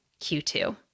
Q2